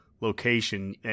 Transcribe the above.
location